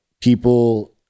people